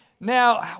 Now